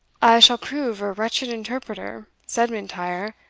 shall prove a wretched interpreter, said m'intyre,